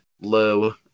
low